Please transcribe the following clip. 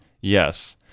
Yes